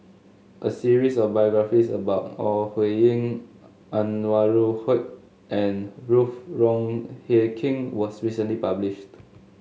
a series of biographies about Ore Huiying Anwarul Haque and Ruth Wong Hie King was recently published